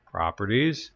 Properties